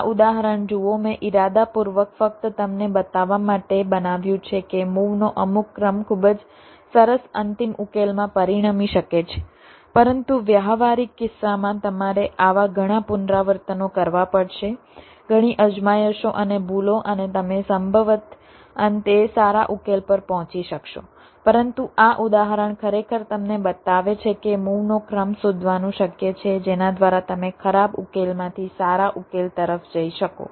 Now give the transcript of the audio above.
આ ઉદાહરણ જુઓ મેં ઇરાદાપૂર્વક ફક્ત તમને બતાવવા માટે બનાવ્યું છે કે મૂવનો અમુક ક્રમ ખૂબ જ સરસ અંતિમ ઉકેલમાં પરિણમી શકે છે પરંતુ વ્યવહારિક Refer Time 2839 કિસ્સામાં તમારે આવા ઘણા પુનરાવર્તનો કરવા પડશે ઘણી અજમાયશો અને ભૂલો અને તમે સંભવતઃ અંતે સારા ઉકેલ પર પહોંચી શકશો પરંતુ આ ઉદાહરણ ખરેખર તમને બતાવે છે કે મૂવનો ક્રમ શોધવાનું શક્ય છે જેના દ્વારા તમે ખરાબ ઉકેલમાંથી સારા ઉકેલ તરફ જઈ શકો